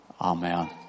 Amen